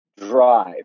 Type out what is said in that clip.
Drive